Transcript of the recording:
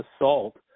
assault